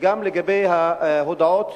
וגם לגבי ההודעות,